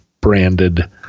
branded